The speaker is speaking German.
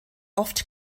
oft